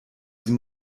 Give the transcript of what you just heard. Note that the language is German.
sie